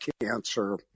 cancer